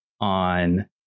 on